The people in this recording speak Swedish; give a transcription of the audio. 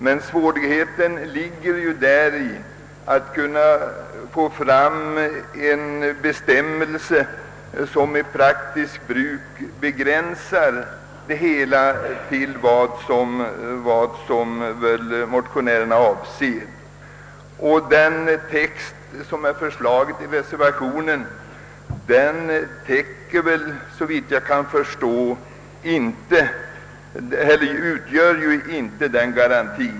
Men svårigheten är att kunna åstadkomma en bestämmelse som i praktiskt bruk begränsar det hela till vad motionärerna avser. Den text som är föreslagen i reservationen utgör såvitt jag kan förstå inte garanti för att detta syfte uppnås.